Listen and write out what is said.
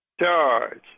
charge